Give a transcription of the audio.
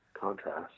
contrast